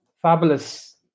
fabulous